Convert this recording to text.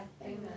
Amen